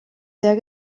sehr